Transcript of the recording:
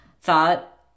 thought